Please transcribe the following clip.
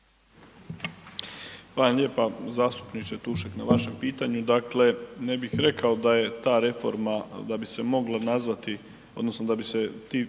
vam lijepa zastupniče Tušek na vašem pitanju. Dakle, ne bih rekao da je ta reforma, da bi se mogla nazvati odnosno da bi se ti